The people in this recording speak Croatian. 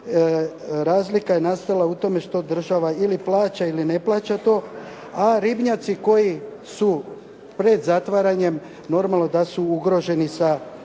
razlika je nastala u tome što država ili plaća ili ne plaća to, a ribnjaci koji su pred zatvaranje, normalno da su ugroženi sa